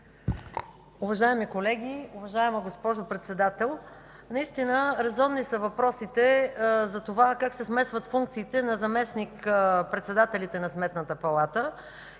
Уважаеми колеги, уважаема госпожо Председател! Резонни са въпросите за това как се смесват функциите на заместник-председателите на Сметната палата